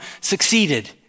succeeded